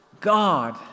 God